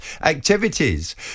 activities